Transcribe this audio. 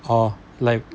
orh like